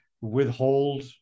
withhold